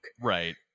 Right